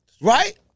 Right